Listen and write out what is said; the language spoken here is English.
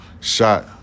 shot